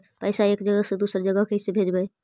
पैसा एक जगह से दुसरे जगह कैसे भेजवय?